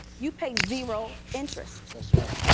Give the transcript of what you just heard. you pay zero interest. that's right.